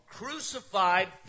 crucified